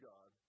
God